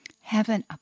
Heaven